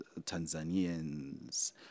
Tanzanians